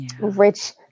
rich